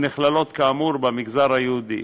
הנכללות, כאמור, במגזר היהודי.